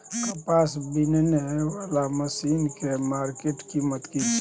कपास बीनने वाला मसीन के मार्केट कीमत की छै?